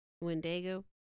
Wendigo